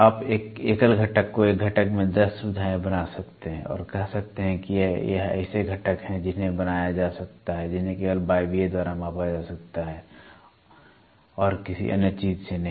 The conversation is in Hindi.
आप एक एकल घटक को एक घटक में 10 सुविधाएँ बना सकते हैं और कह सकते हैं कि ये ऐसे घटक हैं जिन्हें बनाया जा सकता है जिन्हें केवल वायवीय द्वारा मापा जा सकता है और किसी अन्य चीज़ से नहीं